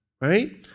right